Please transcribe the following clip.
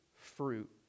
fruit